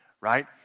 Right